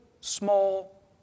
small